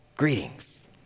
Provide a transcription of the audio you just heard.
Greetings